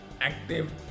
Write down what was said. active